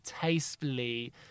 tastefully